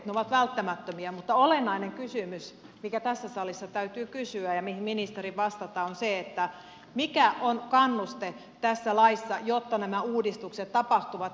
ne ovat välttämättömiä mutta olennainen kysymys mikä tässä salissa täytyy kysyä ja mihin ministerin vastata on se mikä on kannuste tässä laissa jotta nämä uudistukset tapahtuvat